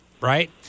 right